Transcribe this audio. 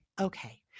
okay